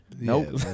Nope